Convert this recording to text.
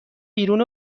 بیرون